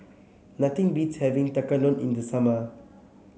nothing beats having Tekkadon in the summer